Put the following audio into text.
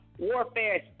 warfare